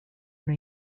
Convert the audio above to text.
una